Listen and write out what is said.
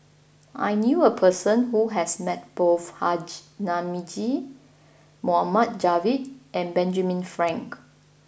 I knew a person who has met both Haji Namazie Mohd Javad and Benjamin Frank